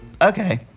Okay